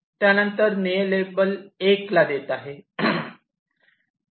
त्यानंतर निळे लेबल 1 ला देत आहे